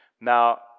Now